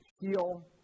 heal